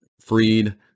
Freed